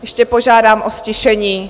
Ještě požádám o ztišení.